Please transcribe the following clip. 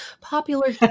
popular